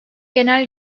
genel